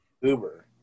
Uber